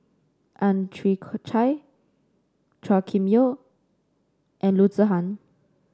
Ang Chwee Chai Chua Kim Yeow and Loo Zihan